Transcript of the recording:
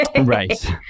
Right